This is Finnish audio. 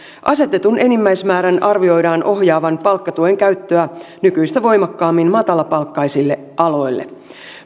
asetetun enimmäismäärän arvioidaan ohjaavan palkkatuen käyttöä nykyistä voimakkaammin matalapalkkaisille aloille